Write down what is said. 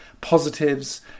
positives